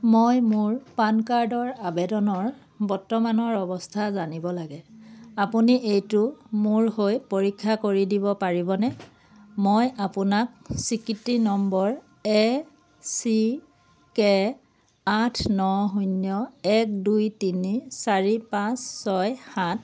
মই মোৰ পান কাৰ্ডৰ আবেদনৰ বৰ্তমানৰ অৱস্থা জানিব লাগে আপুনি এইটো মোৰ হৈ পৰীক্ষা কৰি দিব পাৰিবনে মই আপোনাক স্বীকৃতি নম্বৰ এ চি কে আঠ ন শূন্য এক দুই তিনি চাৰি পাঁচ ছয় সাত